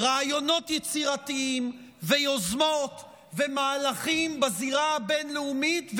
רעיונות יצירתיים ויוזמות ומהלכים בזירה הבין-לאומית,